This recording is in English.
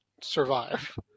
survive